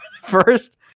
first